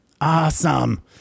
Awesome